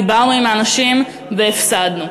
דיברנו עם האנשים והפסדנו.